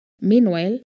Meanwhile